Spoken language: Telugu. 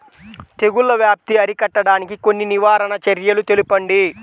తెగుళ్ల వ్యాప్తి అరికట్టడానికి కొన్ని నివారణ చర్యలు తెలుపండి?